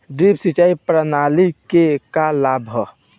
Drip सिंचाई प्रणाली के का लाभ ह?